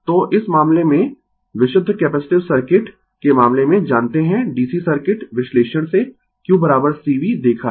तो इस मामले में विशुद्ध कैपेसिटिव सर्किट के मामले में जानते है DC सर्किट विश्लेषण से q C V देखा है